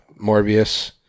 Morbius